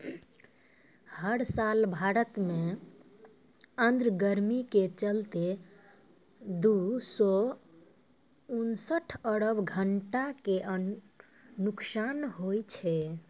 हर साल भारत मॅ आर्द्र गर्मी के चलतॅ दू सौ उनसठ अरब घंटा के नुकसान होय छै